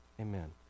amen